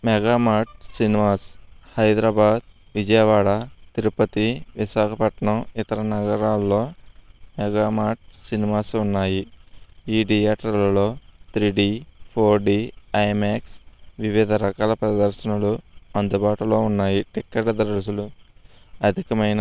Megamart cinemas Hyderabad Vijayawada Tirupati Visakhapatnam ఇతర నగరాలలో Megamart cinemas ఉన్నాయి ఈ థియేటర్లలో three D four D IMAX వివిధ రకాల ప్రదర్శనలు అందుబాటులో ఉన్నాయి టిక్కెట్ ధరలు అసలు అధికంమైన